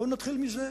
בואו נתחיל מזה.